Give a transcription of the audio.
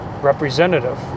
representative